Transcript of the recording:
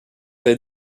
des